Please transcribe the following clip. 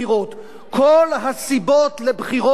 כל הסיבות לבחירות נכונות.